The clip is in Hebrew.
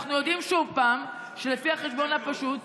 ואנחנו יודעים שוב שלפי החשבון הפשוט,